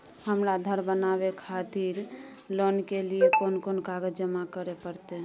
हमरा धर बनावे खातिर लोन के लिए कोन कौन कागज जमा करे परतै?